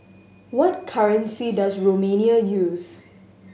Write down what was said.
what currency does Romania use